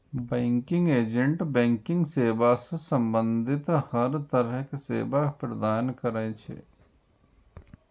banking agent banking सेवा सं संबंधित हर तरहक सेवा प्रदान करै छै